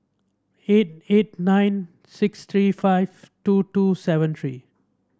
eight eight nine six three five two two seven three